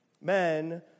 Men